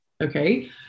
Okay